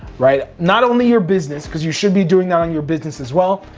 right? not only your business, cause you should be doing that on your business as well.